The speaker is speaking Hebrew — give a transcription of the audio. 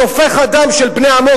שופך הדם של בני עמו,